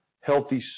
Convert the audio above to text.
healthy